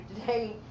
today